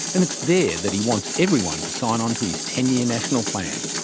and it's there that he wants everyone to sign onto his ten year national plan.